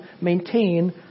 maintain